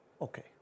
Okay